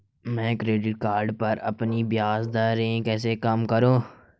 मैं credit card पर अपनी ब्याज दरें कैसे कम करूँ?